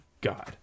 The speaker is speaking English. God